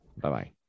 Bye-bye